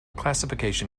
classification